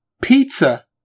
Pizza